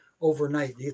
overnight